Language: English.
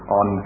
on